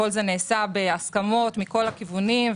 כל זה נעשה בהסכמות מכל הכיוונים.